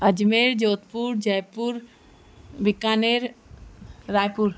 Ajmer Jodhpur Jaipur Bikaner Raipur